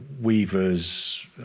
weavers